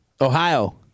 Ohio